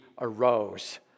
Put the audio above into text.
arose